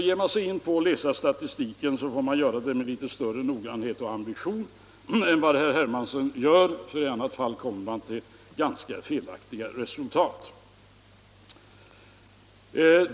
Ger man sig in på att läsa statistiken, får man göra det med litet större noggrannhet och ambition än vad herr Hermansson gör — i annat fall kommer man till ganska felaktiga resultat.